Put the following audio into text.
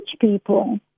people